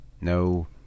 No